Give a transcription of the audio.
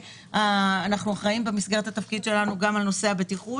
אנחנו אחראים במסגרת התפקיד שלנו גם על נושא הבטיחות.